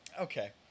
Okay